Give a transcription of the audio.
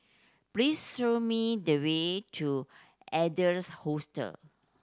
please show me the way to Adler's Hostel